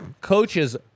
coaches